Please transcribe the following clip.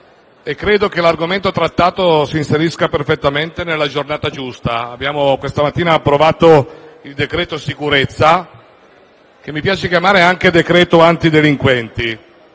che l'argomento trattato s'inserisca perfettamente nella giornata giusta, dato che questa mattina abbiamo approvato il decreto sicurezza, che mi piace chiamare anche decreto antidelinquenti.